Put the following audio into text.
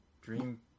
dream